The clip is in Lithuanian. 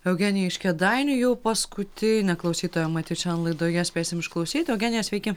eugenija iš kėdainių jau paskutinė klausytoja matyt šiandien laidoje spėsim išklausyti eugenija sveiki